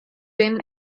been